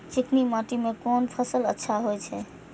चिकनी माटी में कोन फसल अच्छा होय छे?